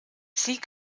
sie